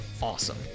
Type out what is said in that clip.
awesome